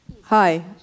Hi